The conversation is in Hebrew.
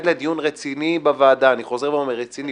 לדיון רציני בוועדה אני חוזר ואומר: רציני.